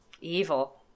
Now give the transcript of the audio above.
Evil